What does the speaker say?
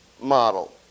model